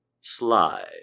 sly